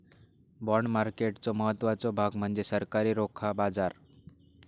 bond मार्केटचो महत्त्वाचो भाग म्हणजे सरकारी रोखा बाजार